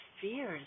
fears